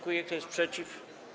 Kto jest przeciw?